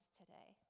today